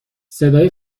صدای